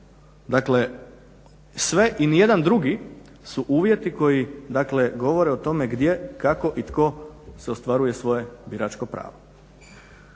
dakle sve i ni jedan drugi su uvjeti koji, dakle govore o tome gdje, kako i tko se ostvaruje svoje biračko pravo.